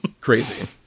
Crazy